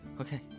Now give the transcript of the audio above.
okay